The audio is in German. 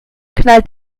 knallt